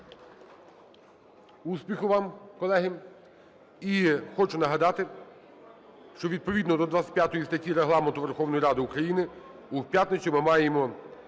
Успіху вам, колеги. І хочу нагадати, що відповідно до 25 статті Регламенту Верховної Ради України у п'ятницю ми маємо